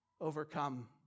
overcome